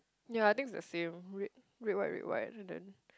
ya I think it's the same red red white red white then